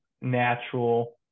natural